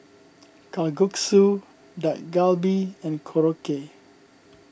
Kalguksu Dak Galbi and Korokke